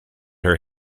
her